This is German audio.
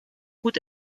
gut